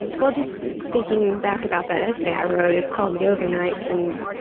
well, just thinking back about that essay i wrote it's called yoga nights and